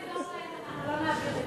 לא יעזור להם, אנחנו לא נעביר את זה.